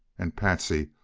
and patsy,